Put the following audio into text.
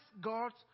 God's